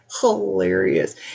hilarious